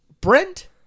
Brent